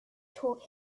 taught